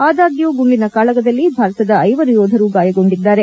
ಆದಾಗ್ಯೂ ಗುಂಡಿನ ಕಾಳಗದಲ್ಲಿ ಭಾರತದ ಐವರು ಯೋಧರು ಗಾಯಗೊಂಡಿದ್ದಾರೆ